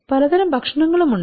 പലതരം ഭക്ഷണങ്ങളുമുണ്ട്